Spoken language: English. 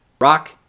Rock